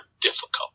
difficult